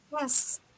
Yes